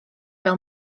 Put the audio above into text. fel